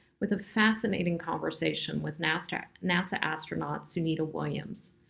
with a fascinating conversation with nasa nasa astronauts sunita williams,